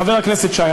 חבר הכנסת שי,